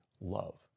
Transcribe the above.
love